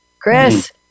Chris